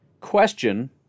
Question